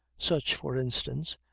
such, for instance,